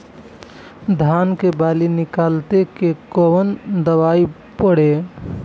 धान के बाली निकलते के कवन दवाई पढ़े?